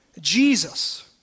Jesus